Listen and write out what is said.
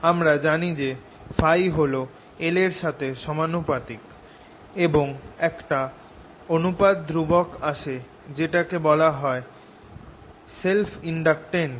আমরা জানি যে Փ হল I এর সাথে সমানুপাতিক এবং একটা অনুপাত ধ্রুবক আসে যেটাকে বলা হয় সেল্ফ ইনডাকটেন্স